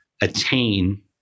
attain